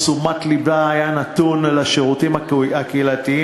תשומת לבה הייתה נתונה לשירותים הקהילתיים,